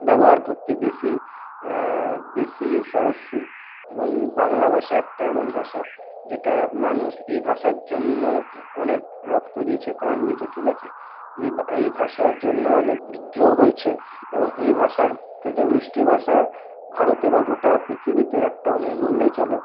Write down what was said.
ব্যবহার করতে বেশি বেশি সহজশীল এবং বাংলা ভাষা একটা এমন ভাষা যেটা মানুষ এই ভাষার জন্য অনেক রক্ত দিয়েছে প্রাণ দিয়েছে ঠিক আছে এই এই ভাষার জন্য অনেক বিদ্রোহ হয়েছে এবং এই ভাষার থেকে মিষ্টি ভাষা ভারতে বা গোটা পৃথিবীতে একটাও নেই বললেই চলে